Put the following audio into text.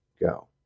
go